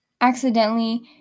accidentally